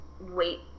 wait